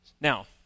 Now